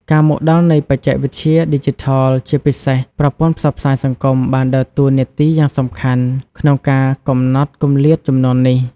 ការមកដល់នៃបច្ចេកវិទ្យាឌីជីថលជាពិសេសប្រព័ន្ធផ្សព្វផ្សាយសង្គមបានដើរតួនាទីយ៉ាងសំខាន់ក្នុងការកំណត់គម្លាតជំនាន់នេះ។